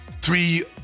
three